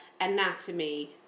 anatomy